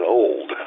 old